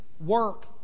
work